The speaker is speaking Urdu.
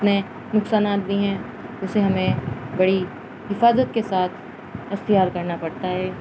اتنے نقصانات دی ہیں اسے ہمیں بڑی حفاظت کے ساتھ اختیار کرنا پڑتا ہے